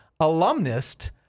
alumnist